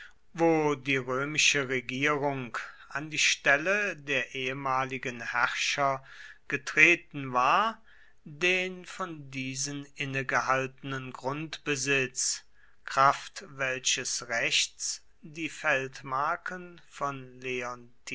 wo die römische regierung an die stelle der ehemaligen herrscher getreten war den von diesen innegehaltenen grundbesitz kraft welches rechts die feldmarken von